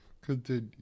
Continue